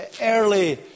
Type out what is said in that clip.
early